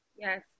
yes